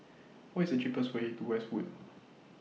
What IS The cheapest Way to Westwood